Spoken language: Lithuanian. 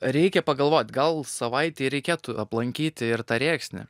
reikia pagalvot gal savaitei ir reikėtų aplankyti ir tą rėksnį